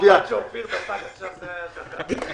התשפ"א-2021 (מ/1385)